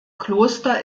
kloster